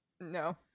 no